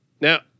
Now